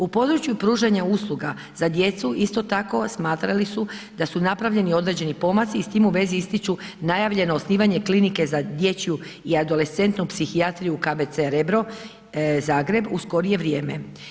U području pružanja za djecu isto tako smatrali su da su napravljeni određeni pomaci i s tim u vezi ističu najavljeno osnivanje klinike za dječju i adolescentnu psihijatriju KBC-a Rebro Zagreb u skorije vrijeme.